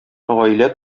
гаилә